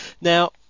now